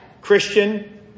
Christian